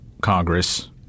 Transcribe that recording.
Congress